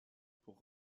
pour